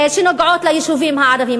שנוגעות ליישובים הערביים.